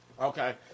Okay